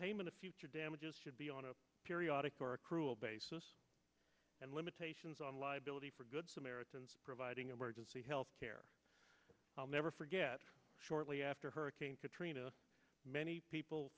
payment of future damages should be on a periodic or accrual basis and limitations on liability for good samaritans providing emergency health care i'll never forget shortly after hurricane katrina many people